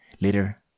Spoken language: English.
Later